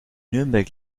nürnberg